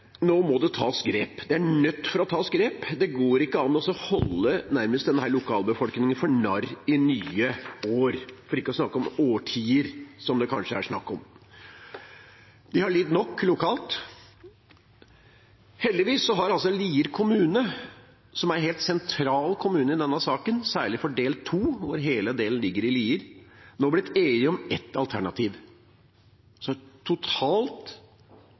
nå må det tas grep. En er nødt til å ta grep. Det går ikke an å holde lokalbefolkningen nærmest for narr i nye år – for ikke å si i årtier, som det kanskje er snakk om. De har lidd nok lokalt. Heldigvis har Lier kommune, som er en helt sentral kommune i denne saken, særlig når det gjelder del 2 – hele del 2 ligger i Lier – blitt enige om ett alternativ.